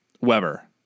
Weber